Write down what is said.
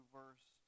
verse